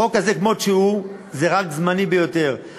החוק הזה כמות שהוא זה רק זמני ביותר,